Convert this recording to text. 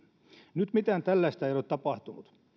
nyt mitään tällaista ei ole tapahtunut